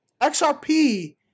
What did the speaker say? XRP